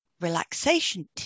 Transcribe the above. Relaxation